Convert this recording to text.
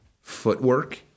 footwork